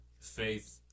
faith